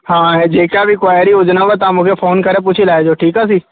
हा जेका बि क्वैरी हुजे न हूअ तव्हां मूंखे फ़ोन करे पुछी लाहिजो ठीकु आहे जी